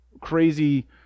crazy